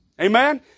Amen